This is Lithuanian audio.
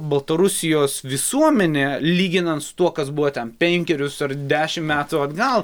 baltarusijos visuomenė lyginan su tuo kas buvo ten penkerius ar dešim metų atgal